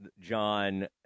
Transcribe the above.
John